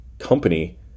company